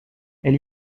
elle